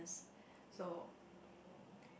so